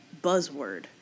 buzzword